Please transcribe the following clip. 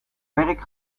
werk